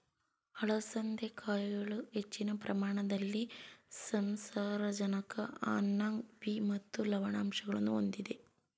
ಅಲಸಂದೆ ಕಾಯಿಗಳು ಹೆಚ್ಚಿನ ಪ್ರಮಾಣದಲ್ಲಿ ಸಸಾರಜನಕ ಅನ್ನಾಂಗ ಬಿ ಮತ್ತು ಲವಣಾಂಶಗಳನ್ನು ಹೊಂದಿರುತ್ವೆ